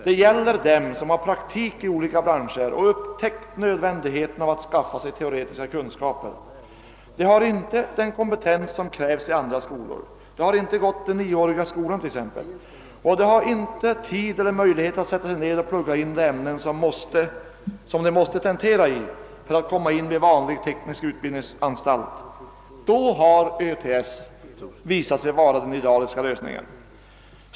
Det gäller dem som har praktik i olika branscher och som upptäckt nödvändigheten av att skaffa sig teoretiska kunskaper. De har inte den kompetens som krävs i andra skolor — de har inte gått den nioåriga skolan t.ex. — och de har inte tid eller möjlighet att sätta sig ned och plugga in de ämnen som de måste tentera i för att komma in vid vanlig teknisk utbildningsanstalt. Då har Örnsköldsviks tekniska skola visat sig vara den idealiska lösningen.